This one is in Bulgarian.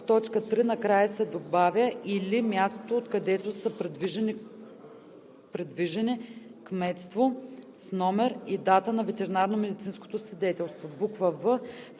в т. 3 накрая се добавя „или мястото, откъдето са придвижени (кметство), с номер и дата на ветеринарномедицинското свидетелство“;